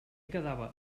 quedava